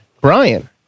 Brian